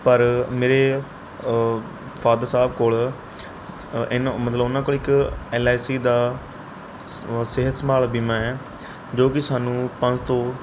ਪਰ ਮੇਰੇ ਫਾਦਰ ਸਾਹਿਬ ਕੋਲ ਇਨ ਮਤਲਬ ਉਹਨਾਂ ਕੋਲ ਇੱਕ ਐੱਲ ਆਈ ਸੀ ਦਾ ਸਿਹਤ ਸੰਭਾਲ ਬੀਮਾ ਹੈ ਜੋ ਕਿ ਸਾਨੂੰ ਪੰਜ ਤੋਂ